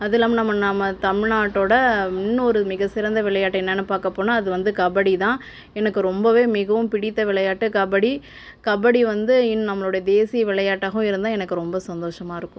அது இல்லாமல் நம்ம நம்ம தமிழ்நாட்டோட இன்னொரு மிகச் சிறந்த விளையாட்டு என்னன்னு பார்க்கப்போனா அது வந்து கபடி தான் எனக்கு ரொம்பவே மிகவும் பிடித்த விளையாட்டு கபடி கபடி வந்து இன் நம்மளோட தேசிய விளையாட்டாகவும் இருந்தால் எனக்கு ரொம்ப சந்தோஷமாக இருக்கும்